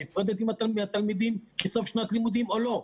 נפרדת מהתלמידים בסוף שנת לימודים או לא?